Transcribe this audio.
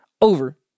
over